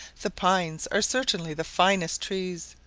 the pines are certainly the finest trees.